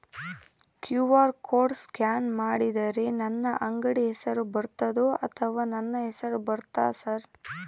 QR code scan ಮಾಡಿದರೆ ನನ್ನ ಅಂಗಡಿ ಹೆಸರು ಬರ್ತದೋ ಅಥವಾ ನನ್ನ ಹೆಸರು ಬರ್ತದ ಸರ್?